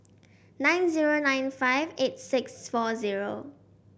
nine zero nine five eight six four zero